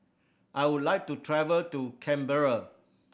I would like to travel to Canberra